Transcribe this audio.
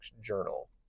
journal